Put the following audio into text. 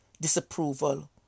disapproval